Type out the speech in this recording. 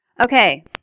Okay